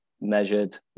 measured